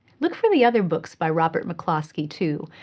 look for the other books by robert mccloskey too.